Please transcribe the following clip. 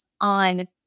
on